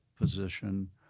position